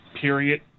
period